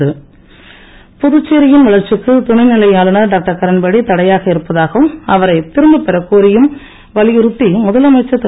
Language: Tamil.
அன்பழகன் புதுச்சேரியின் வளர்ச்சிக்கு துணைநிலை ஆளுநர் டாக்டர் கிரண்பேடி தடையாக இருப்பதாவும் அவரை திரும்ப்பெறக் கோரியும் வலியுறுத்தி முதலமைச்சர் திரு